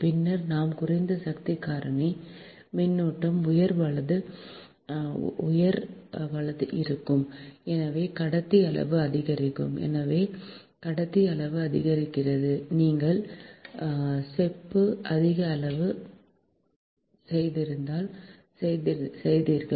பின்னர் நாம் குறைந்த சக்தி காரணி மின்னோட்டம் உயர் இருக்கும் எனவே கடத்தி அளவு அதிகரிக்கும் எனவே கடத்தி அளவு அதிகரிக்கிறது என்றால் நீங்கள் செப்பு அதிக அளவு செய்திருந்தால் செய்தீர்கள்